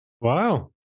Wow